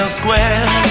square